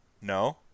no